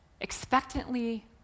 expectantly